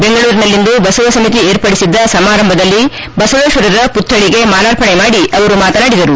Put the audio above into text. ಬೆಂಗಳೂರಿನಲ್ಲಿಂದು ಬಸವ ಸಮಿತಿ ಏರ್ಪಡಿಸಿದ್ದ ಸಮಾರಂಭದಲ್ಲಿ ಬಸವೇಶ್ವರರ ಮಕ್ಕಳಿಗೆ ಮಾಲಾರ್ಪಣೆ ಮಾಡಿ ಅವರು ಮಾತನಾಡಿದರು